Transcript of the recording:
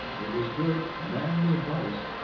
it was good, manly advice,